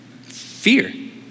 Fear